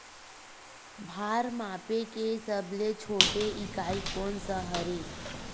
भार मापे के सबले छोटे इकाई कोन सा हरे?